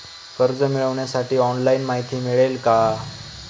कर्ज मिळविण्यासाठी ऑनलाइन माहिती मिळेल का?